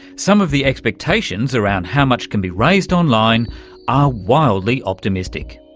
some of the expectations around how much can be raised online are wildly optimistic.